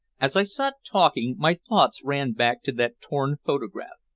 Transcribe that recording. as i sat talking, my thoughts ran back to that torn photograph.